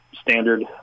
standard